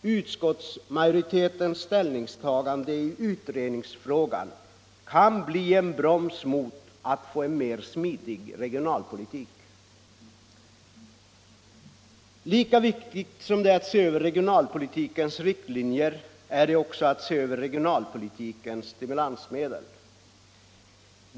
Utskottsmajoritetens ställningstagande i utredningsfrågan kan bli en broms mot att få en mer smidig regionalpolitik. Lika viktigt som det är att se över regionalpolitikens riktlinjer är det att se över regionalpolitikens stimulansmedel.